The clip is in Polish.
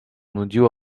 nudziło